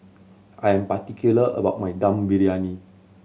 I am particular about my Dum Briyani